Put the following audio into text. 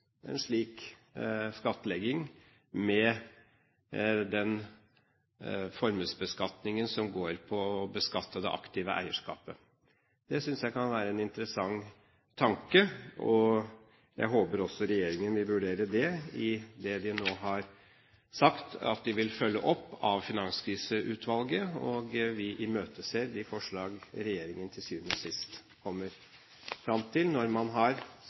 en slik skattlegging med den formuesbeskatningen som går på å beskatte det aktive eierskapet. Det synes jeg kan være en interessant tanke. Jeg håper også regjeringen vil vurdere det i det de nå har sagt at de vil følge opp fra Finanskriseutvalget. Vi imøteser de forslag regjeringen til syvende og sist kommer fram til, når man har